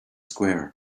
square